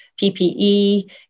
PPE